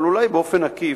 אבל אולי באופן עקיף,